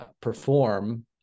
perform